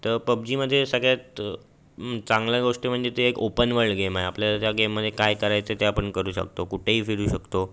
तर पबजीमध्ये सगळ्यात चांगल्या गोष्ट म्हणजे ते एक ओपन वाइल्ड गेम आहे आपल्याला त्या गेममध्ये काय करायचं ते आपण करू शकतो कुठेही फिरू शकतो